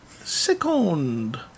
second